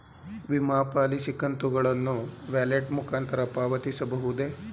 ವಿಮಾ ಪಾಲಿಸಿ ಕಂತುಗಳನ್ನು ವ್ಯಾಲೆಟ್ ಮುಖಾಂತರ ಪಾವತಿಸಬಹುದೇ?